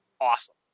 awesome